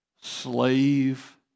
slave